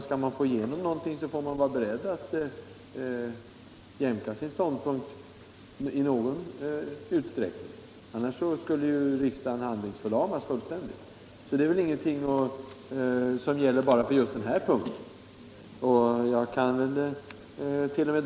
Skall man få igenom något förslag får man vara beredd att jämka sin ståndpunkt i någon utsträckning. Annars blir ju riksdagen fullständigt handlingsförlamad. Det som nu har inträffat är ingenting som gäller bara denna fråga. Jag kant.o.m.